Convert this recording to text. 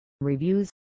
reviews